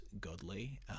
godly